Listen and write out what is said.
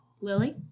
Lily